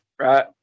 right